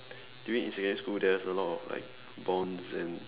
during in secondary school there's a lot of like bonds and